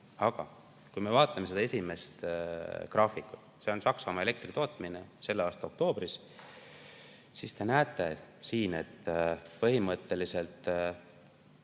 ühesugune. Vaatame seda esimest graafikut, see on Saksamaa elektritootmine selle aasta oktoobris. Te näete, et põhimõtteliselt